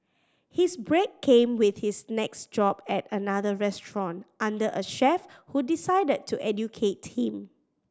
his break came with his next job at another restaurant under a chef who decided to educate him